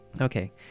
Okay